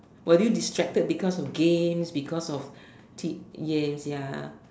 were you distracted because of gains because of T yens ya